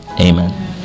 Amen